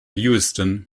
lewiston